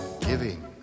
Giving